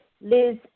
Liz